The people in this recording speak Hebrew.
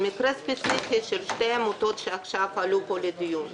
במקרה הספציפי של שתי העמותות שעכשיו עלו פה לדיון,